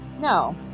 No